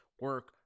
Work